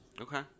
Okay